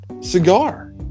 cigar